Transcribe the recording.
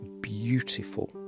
beautiful